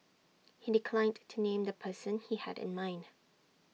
he declined to name the person he had in mind